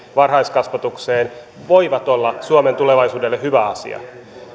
varhaiskasvatukseen voi olla suomen tulevaisuudelle hyvä asia